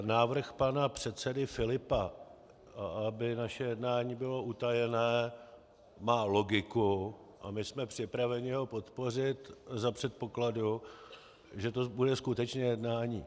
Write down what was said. Návrh pana předsedy Filipa, aby naše jednání bylo utajené, má logiku a my jsme připraveni ho podpořit za předpokladu, že to bude skutečně jednání.